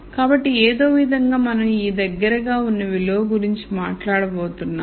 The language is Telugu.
కాబట్టి ఏదో ఒకవిధంగా మనం ఈ దగ్గరగా ఉన్న విలువ గురించి మాట్లాడబోతున్నాం